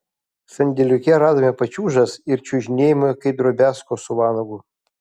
sandėliuke radome pačiūžas ir čiuožinėjome kaip drobiazko su vanagu